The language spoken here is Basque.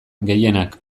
gehienak